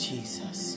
Jesus